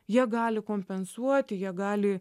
jie gali kompensuoti jie gali